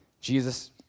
Jesus